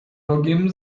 rogiem